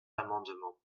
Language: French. l’amendement